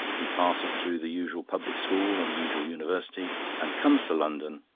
he passes through the usual public school and the usual university and comes to london,